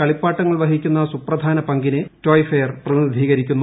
കളിപ്പാട്ടങ്ങൾ വഹിക്കുന്ന സുപ്രധാന പങ്കിനെ ടോയ് ഫെയർ പ്രതി നിധീകരിക്കുന്നു